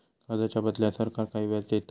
कर्जाच्या बदल्यात सरकार काही व्याज घेता